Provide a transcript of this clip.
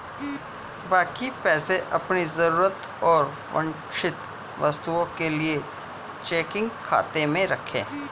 बाकी पैसे अपनी जरूरत और वांछित वस्तुओं के लिए चेकिंग खाते में रखें